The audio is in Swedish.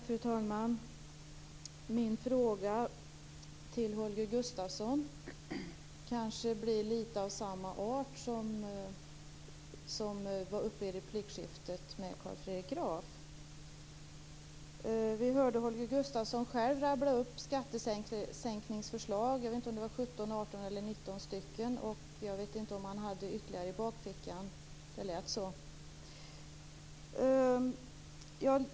Fru talman! Min fråga till Holger Gustafsson blir kanske lite grann av samma art som den som var uppe i replikskiftet med Carl Fredrik Graf. Vi kunde nyss höra Holger Gustafsson rabbla upp skattesänkningsförslag. Det var väl 17, 18 eller 19 förslag. Kanske har han ytterligare förslag i bakfickan. Det lät så.